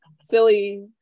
silly